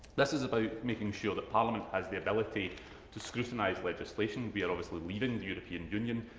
this is about making sure that parliament has the ability to scrutinise legislation. we are obviously leaving the european union.